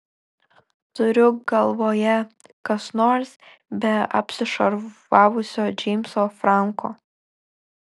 turiu galvoje kas nors be apsišarvavusio džeimso franko